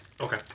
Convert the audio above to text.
Okay